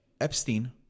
Epstein